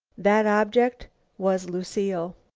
that object was lucile.